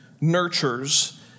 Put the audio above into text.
nurtures